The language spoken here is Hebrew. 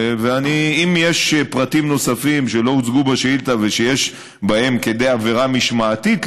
ואם יש פרטים נוספים שלא הוצגו בשאילתה ושיש בהם כדי עבירה משמעתית,